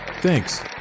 Thanks